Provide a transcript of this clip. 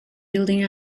building